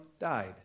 died